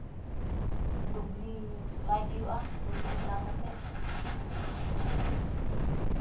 ᱰᱩᱜᱽᱞᱤ ᱞᱟᱭ ᱦᱩᱭᱩᱜᱼᱟ ᱰᱩᱜᱽᱞᱤ ᱞᱟ ᱠᱟᱛᱮ